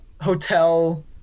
hotel